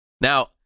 Now